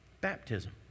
Baptism